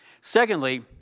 Secondly